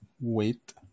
wait